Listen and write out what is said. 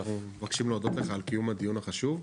אנחנו מבקשים להודות לך על קיום הדיון החשוב,